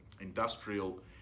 Industrial